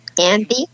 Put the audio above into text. Andy